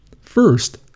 First